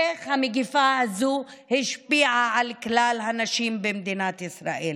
איך המגפה הזאת השפיעה על כלל הנשים במדינת ישראל.